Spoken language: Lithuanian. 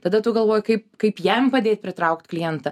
tada tu galvoji kaip kaip jam padėt pritraukt klientą